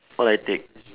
all I take